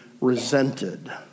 resented